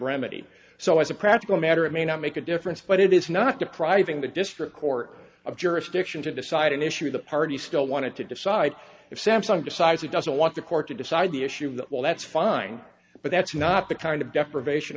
remedy so as a practical matter it may not make a difference but it is not depriving the district court of jurisdiction to decide an issue the party still wanted to decide if samsung decides it doesn't want the court to decide the issue of the well that's fine but that's not the kind of deprivation